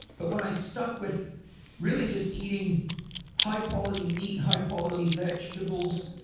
but when i stuck with really just eating high quality meat and high quality vegetables,